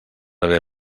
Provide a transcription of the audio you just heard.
haver